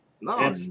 No